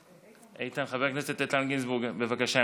חבר הכנסת איתן גינזבורג, בבקשה.